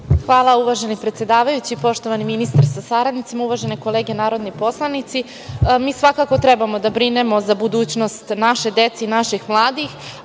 Hvala, uvaženi predsedavajući. Poštovani ministre sa saradnicima, uvažene kolege narodni poslanici, mi svakako treba da brinemo za budućnost naše dece i naših mladih,